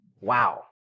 Wow